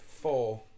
four